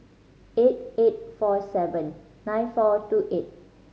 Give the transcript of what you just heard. eight eight four seven nine four two eight